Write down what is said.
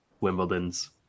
Wimbledon's